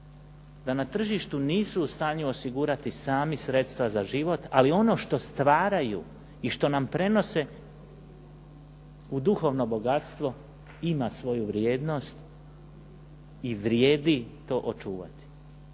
da na tržištu nisu u stanju osigurati sami sredstva za život, ali ono što stvaraju i što nam prenose u duhovno bogatstvo ima svoju vrijednost i vrijedi to očuvati.